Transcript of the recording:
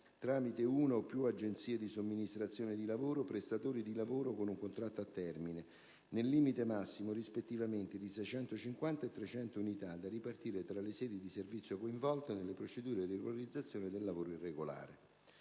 tramite una o più agenzie di somministrazione di lavoro, prestatori di lavoro con contratto a termine, nel limite massimo, rispettivamente, di 650 e 300 unità, da ripartire tra le sedi di servizio coinvolte nelle procedure di regolarizzazione del lavoro irregolare».